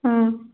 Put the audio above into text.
ꯎꯝ